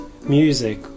music